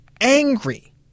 angry